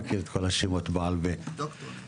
לקחנו את השנה המלאה האחרונה לפני פרוץ מגפת הקורונה,